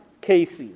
cases